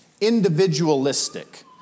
individualistic